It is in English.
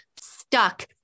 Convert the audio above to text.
stuck